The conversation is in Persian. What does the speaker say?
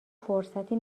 فرصتی